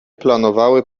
planowały